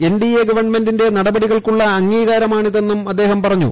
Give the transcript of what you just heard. N D A ഗവൺമെന്റിന്റെ നടപടികൾക്കുള്ള അംഗീകാരമാണ് ഇതെന്നും അദ്ദേഹം പറഞ്ഞു